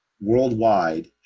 worldwide